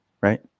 right